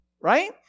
right